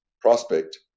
prospect